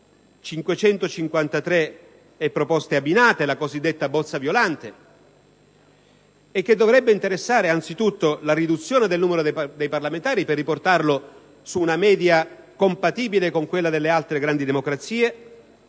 553 e proposte abbinate (la cosiddetta bozza Violante), che dovrebbero interessare anzitutto la riduzione del numero dei parlamentari per riportarlo su un media compatibile con quella delle altre grandi democrazie,